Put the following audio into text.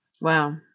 wow